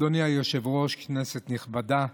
אדוני היושב-ראש, כנסת נכבדה,